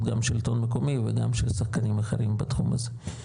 של השלטון המקומי וגם של שחקנים אחרים בתחום הזה.